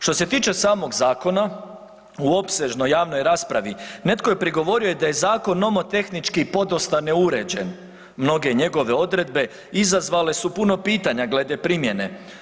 Što se tiče samog zakona u opsežnoj javnoj raspravi netko je prigovorio i da je zakon nomotehnički podosta neuređen, mnoge njegove odredbe izazvale su puno pitanja glede primjene.